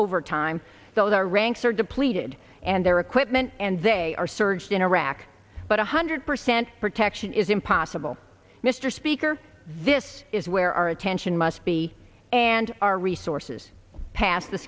overtime those our ranks are depleted and their equipment and they are surged in iraq but one hundred percent protection is impossible mr speaker this is where our attention must be and our resources past the